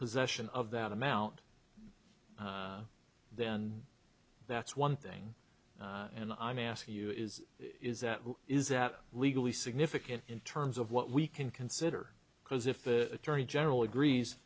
possession of that amount then that's one thing and i'm asking you is is is that legally significant in terms of what we can consider because if the attorney general agrees